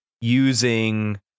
using